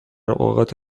اوقات